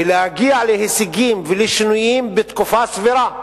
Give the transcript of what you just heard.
ולהגיע להישגים ולשינויים בתקופה סבירה,